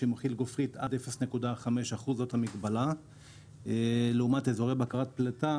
שמכיל גופרית עד 0.5% לעומת אזורי בקרת פליטה